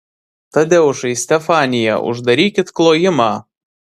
tadeušai stefanija uždarykit klojimą